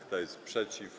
Kto jest przeciw?